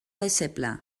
deixeble